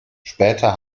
später